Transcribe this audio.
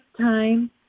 time